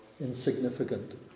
insignificant